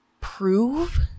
prove